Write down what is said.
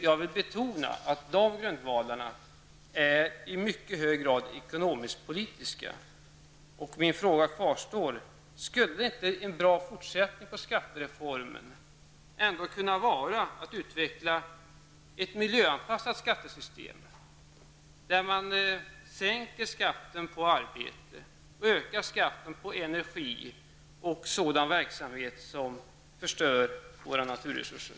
Jag vill betona att dessa grundvalar i mycket hög grad är ekonomiskpolitiska. Min fråga kvarstår: Skulle inte en bra fortsättning på skattereformen vara att utveckla ett miljöanpassat skattesystem, i vilket man sänker skatten på arbete och höjer skatten på energi och sådan verksamhet som förstör våra naturresurser?